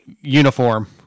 uniform